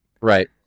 Right